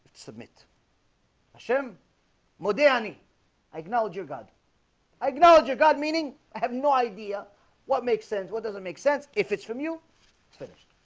submit a shem madani i acknowledge your god, i acknowledge your god meaning. i have no idea what makes sense what does it make sense if it's from you finish